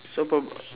so prob~